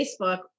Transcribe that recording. Facebook